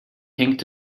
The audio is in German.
hängt